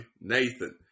Nathan